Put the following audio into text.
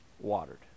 watered